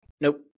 Nope